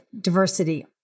diversity